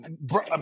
bro